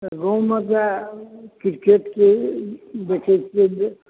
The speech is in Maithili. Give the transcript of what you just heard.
गाँवमे तऽ क्रिकेटके देखै छियै जे